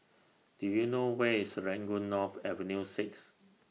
Do YOU know Where IS Serangoon North Avenue six